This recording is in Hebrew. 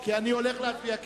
כי אני הולך לערוך הצבעה.